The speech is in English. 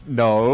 no